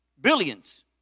billions